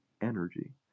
energy